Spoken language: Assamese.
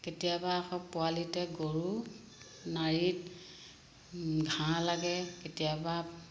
কেতিয়াবা আকৌ পোৱালিতে গৰু নাড়ীত ঘাঁহ লাগে কেতিয়াবা